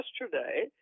yesterday